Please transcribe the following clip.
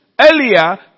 Earlier